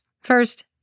First